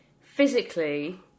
Physically